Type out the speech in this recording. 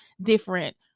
different